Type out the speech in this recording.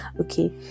okay